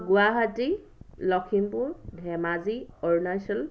Guwahati Lakhimpur Dhemaji Arunachal